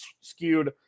skewed